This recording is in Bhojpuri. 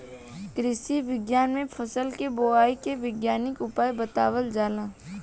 कृषि विज्ञान में फसल के बोआई के वैज्ञानिक उपाय बतावल जाला